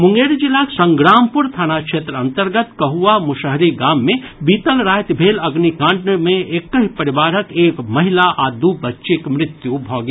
मुंगेर जिलाक संग्रामपुर थाना क्षेत्र अन्तर्गत कहुआ मुसहरी गाम मे बीतल राति भेल अग्निकांड मे एकहि परिवारक एक महिला आ दू बच्चीक मृत्यु भऽ गेल